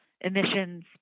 emissions